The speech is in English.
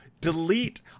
delete